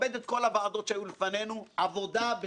לדעתי רק אתמול בלילה הדפיסו אותו.